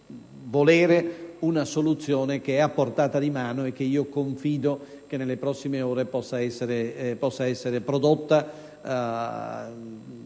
volere una soluzione che è a portata di mano, e che confido nelle prossime ore possa essere prodotta,